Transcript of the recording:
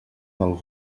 del